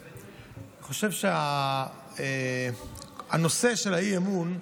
אני חושב שהנושא של האי-אמון,